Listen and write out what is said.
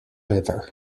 river